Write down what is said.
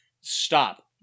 stop